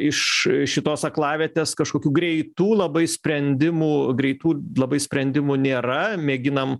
iš šitos aklavietės kažkokių greitų labai sprendimų greitų labai sprendimų nėra mėginam